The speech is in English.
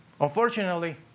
Unfortunately